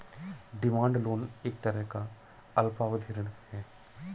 demand loan एक तरह का अल्पावधि ऋण है